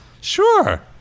Sure